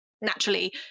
naturally